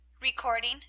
Recording